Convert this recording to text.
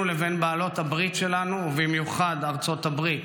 לבין בעלות הברית שלנו ובמיוחד ארצות הברית,